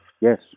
Yes